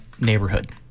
neighborhood